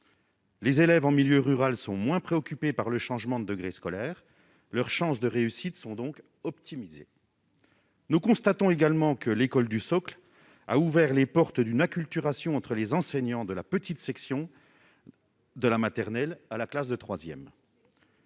Les élèves en milieu rural sont moins préoccupés par le changement de degré scolaire. Leurs chances de réussite sont donc optimisées. Nous constatons également que l'école du socle a ouvert les portes d'une acculturation entre les enseignants, de la petite section de maternelle à la classe de